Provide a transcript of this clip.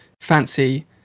fancy